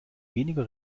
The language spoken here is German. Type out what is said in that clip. weniger